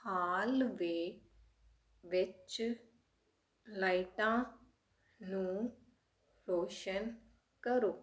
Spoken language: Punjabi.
ਹਾਲਵੇਅ ਵਿੱਚ ਲਾਈਟਾਂ ਨੂੰ ਰੋਸ਼ਨ ਕਰੋ